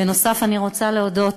בנוסף, אני רוצה להודות